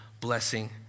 blessing